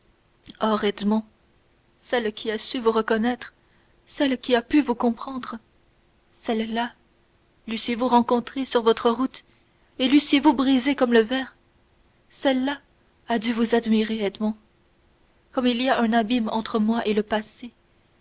edmond celle qui a su vous reconnaître celle qui a pu vous comprendre celle-là leussiez vous rencontrée sur votre route et leussiez vous brisée comme verre celle-là a dû vous admirer edmond comme il y a un abîme entre moi et le passé